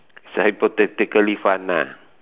it's hypothetically fun ah